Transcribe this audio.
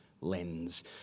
lens